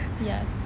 yes